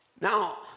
Now